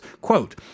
Quote